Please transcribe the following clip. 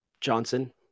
Johnson